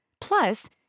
Plus